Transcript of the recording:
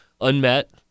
unmet